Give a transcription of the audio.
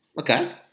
Okay